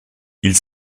ils